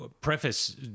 preface